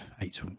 eight